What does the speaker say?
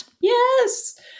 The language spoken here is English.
Yes